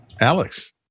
Alex